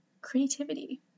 creativity